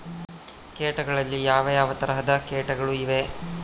ಕೇಟಗಳಲ್ಲಿ ಯಾವ ಯಾವ ತರಹದ ಕೇಟಗಳು ಇವೆ?